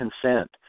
consent